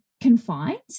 confined